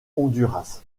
honduras